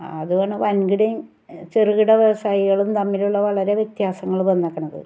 അതാണ് വൻകിടയും ചെറുകിട വ്യവസായികളും തമ്മിലുള്ള വളരെ വ്യത്യാസങ്ങള് വന്നേക്കുന്നത്